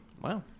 wow